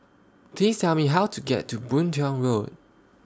Please Tell Me How to get to Boon Tiong Road